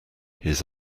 his